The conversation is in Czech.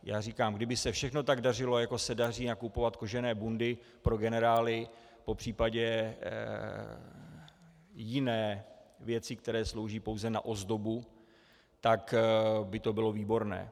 Já říkám, kdyby se všechno tak dařilo, jako se daří nakupovat kožené bundy pro generály, popř. jiné věci, které slouží pouze na ozdobu, tak by to bylo výborné.